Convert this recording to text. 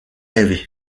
rêvé